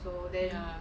ya